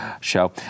show